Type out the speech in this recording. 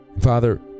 Father